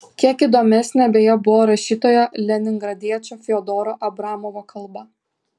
kiek įdomesnė beje buvo rašytojo leningradiečio fiodoro abramovo kalba